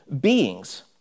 beings